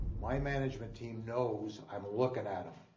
my management team knows i'm looking at them,